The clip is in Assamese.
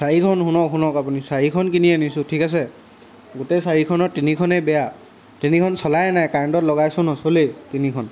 চাৰিখন শুনক শুনক আপুনি চাৰিখন কিনি আনিছো ঠিক আছে গোটেই চাৰিখনত তিনিখনেই বেয়া তিনিখন চলাই নাই কাৰেণ্টত লগাইছো নচলেই তিনিখন